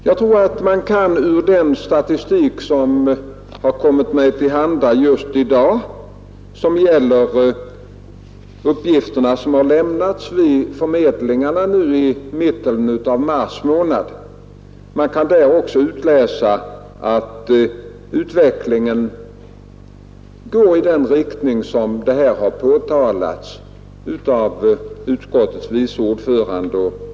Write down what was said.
Jag tror att man också ur den statistik som har kommit mig till handa just i dag — den gäller de uppgifter som har lämnats vid förmedlingarna i mitten av mars månad — kan utläsa att utvecklingen går i en positiv riktning.